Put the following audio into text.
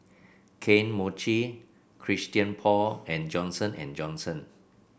Kane Mochi Christian Paul and Johnson And Johnson